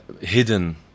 hidden